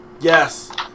Yes